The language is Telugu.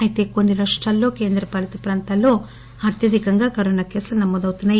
అయితే కొన్ని రాష్టాల్లో కేంద్ర పాలిత ప్రాంతాల్లో అత్యధిక కోవిడ్ కేసులు నమోదౌతున్నాయి